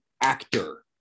actor